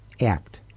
act